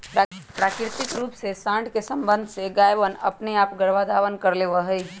प्राकृतिक रूप से साँड के सबंध से गायवनअपने आप गर्भधारण कर लेवा हई